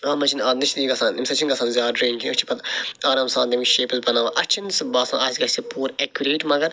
اتھ مَنٛز چھِنہٕ گَژھان اَمہِ سۭتۍ چھِنہٕ گَژھان زیادٕ ڈرٛین کیٚنٛہہ أسۍ چھِ پَتہٕ آرام سان تٔمچۍ شیپٕس بَناوان اسہِ چھُنہٕ سُہ باسان اسہِ گَژھہِ پوٗرٕ ایٚکوریٹ مگر